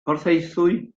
porthaethwy